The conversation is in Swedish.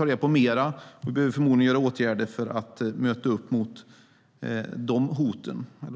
Vi behöver ta reda på mer och förmodligen vidta åtgärder för att möta dessa hot